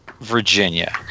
Virginia